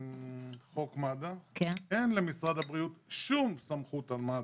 בחוק מד"א אין למשרד הבריאות שום סמכות על מד"א.